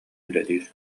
үлэлиир